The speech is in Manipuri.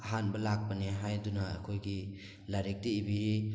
ꯑꯍꯥꯟꯕ ꯂꯥꯛꯄꯅꯤ ꯍꯥꯏꯗꯨꯅ ꯑꯩꯈꯣꯏꯒꯤ ꯂꯥꯏꯔꯤꯛꯇ ꯏꯕꯤꯔꯤ